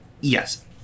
Yes